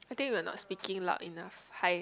I think we were not speaking loud enough hi